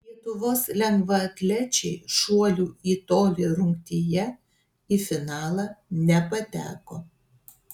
lietuvos lengvaatlečiai šuolių į tolį rungtyje į finalą nepateko